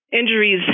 Injuries